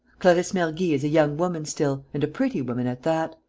clarisse mergy is a young woman still and a pretty woman at that.